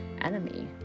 enemy